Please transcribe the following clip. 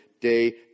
day